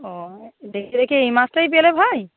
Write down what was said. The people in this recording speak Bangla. ও দেখে দেখে এই মাসটাই পেলে ভাই